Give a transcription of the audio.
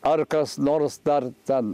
ar kas nors dar ten